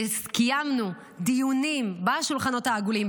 וקיימנו דיונים בשולחנות העגולים,